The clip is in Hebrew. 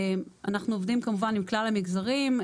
אנחנו עובדים כמובן עם כלל המגזרים.